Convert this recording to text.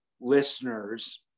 listeners